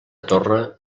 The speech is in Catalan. torre